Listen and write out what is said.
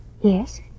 Yes